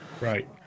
right